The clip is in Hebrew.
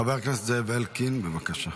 חבר הכנסת זאב אלקין, בבקשה.